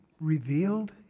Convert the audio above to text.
revealed